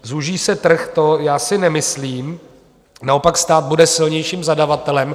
Zúží se trh já si nemyslím, naopak, stát bude silnějším zadavatelem.